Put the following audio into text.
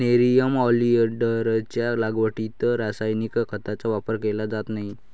nerium ऑलिंडरच्या लागवडीत रासायनिक खतांचा वापर केला जात नाही